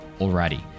Alrighty